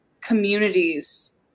communities